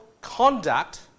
conduct